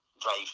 drive